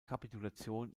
kapitulation